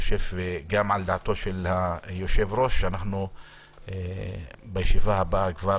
גם על דעת היושב-ראש אני חושב שבישיבה הבאה כבר